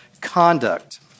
conduct